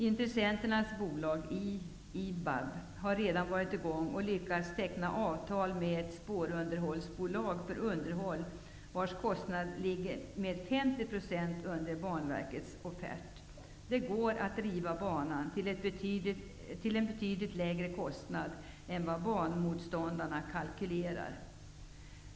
Intressenternas bolag, IBAB, har redan lyckats teckna avtal med ett bolag som skall sköta spårunderhållet och vars kostnader ligger 50 % under Banverkets offert. Det går att driva banan till en betydligt lägre kostnad än vad banmotståndarna kalkylerar.